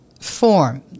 form